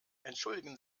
entschuldigen